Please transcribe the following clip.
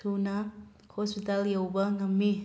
ꯊꯨꯅ ꯍꯣꯁꯄꯤꯇꯥꯜ ꯌꯧꯕ ꯉꯝꯃꯤ